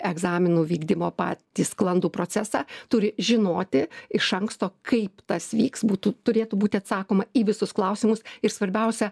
egzaminų vykdymo patį sklandų procesą turi žinoti iš anksto kaip tas vyks būtų turėtų būti atsakoma į visus klausimus ir svarbiausia